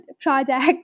project